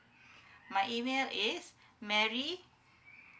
my email is mary